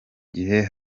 gihe